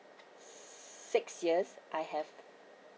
six years I have